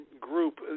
Group